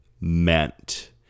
meant